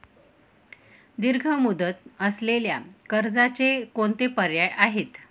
दीर्घ मुदत असलेल्या कर्जाचे कोणते पर्याय आहे?